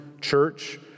Church